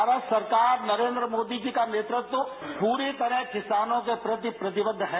भारत सरकार नरेन्द्र मोदी जी का नेतृत्व पूरी तरह किसानों के प्रति प्रतिबद्ध है